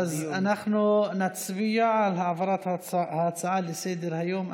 אז אנחנו נצביע על העברת ההצעה לסדר-היום,